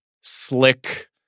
slick